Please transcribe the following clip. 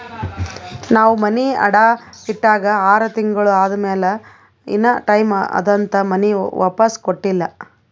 ನಾವ್ ಮನಿ ಅಡಾ ಇಟ್ಟಾಗ ಆರ್ ತಿಂಗುಳ ಆದಮ್ಯಾಲ ಇನಾ ಟೈಮ್ ಅದಂತ್ ಮನಿ ವಾಪಿಸ್ ಕೊಟ್ಟಿಲ್ಲ